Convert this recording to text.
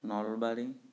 Nalbari